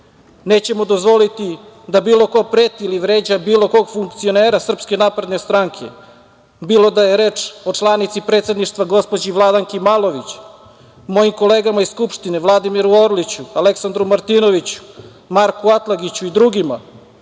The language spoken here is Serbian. Nećemo dozvoliti da bilo ko preti ili vređa bilo kog funkcionera SNS, bilo da je reč o članici predsedništva gospođi Vladanki Malović, mojim kolegama iz Skupštine, Vladimiru Orliću, Aleksandru Martinoviću, Marku Atlagiću i drugima